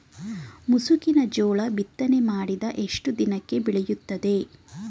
ಮುಸುಕಿನ ಜೋಳ ಬಿತ್ತನೆ ಮಾಡಿದ ಎಷ್ಟು ದಿನಕ್ಕೆ ಬೆಳೆಯುತ್ತದೆ?